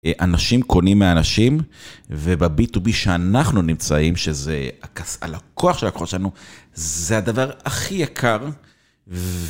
אנשים קונים מהאנשים ו-B2B שאנחנו נמצאים שזה הכס על הכוח של הלקוח שלנו זה הדבר הכי יקר.